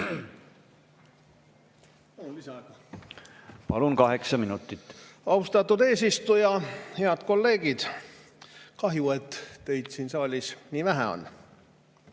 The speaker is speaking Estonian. Palun, kaheksa minutit! Austatud eesistuja! Head kolleegid! Kahju, et teid siin saalis nii vähe on.